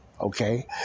Okay